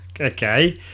Okay